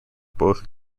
both